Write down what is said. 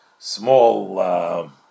small